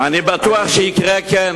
אני בטוח שיקרה כן,